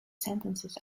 sentences